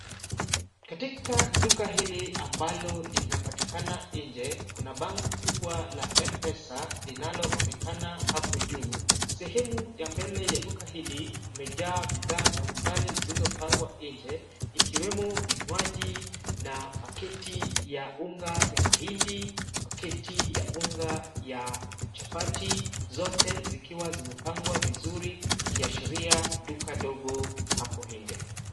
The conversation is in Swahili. Katika duka hili ambalo linapatikana nje, kuna bango kubwa la M-Pesa, linaloonekana hapo juu. Sehemu ya mbele ya duka hili, kumejaa bidhaa mbalimbali zilizopangwa nje, ikiwemo vinywaji na pakiti ya unga ya mahindi, pakiti ya unga ya chapati, zote zikiwa zimepangwa vizuri ikiashiria duka dogo hapo nje.